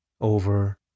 over